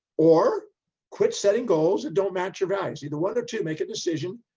or quit setting goals that don't match your values. either one or two, make a decision,